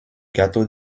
gâteau